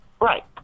Right